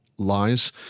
Lies